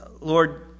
Lord